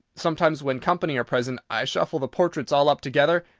sometimes when company are present i shuffle the portraits all up together,